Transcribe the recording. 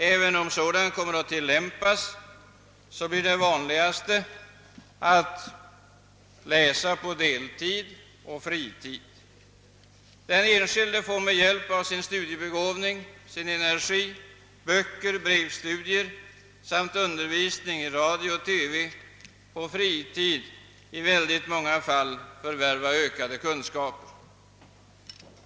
Även om sådan undervisning kommer att tillämpas, blir det vanligaste att eleverna läser på deltid och fritid. Den enskilde får med bjälp av sin studiebegåvning, sin energi, böcker, brevstudier samt undervisning i radio och TV på fritid i många fall förvärva ökade kunskaper.